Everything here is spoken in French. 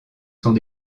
sont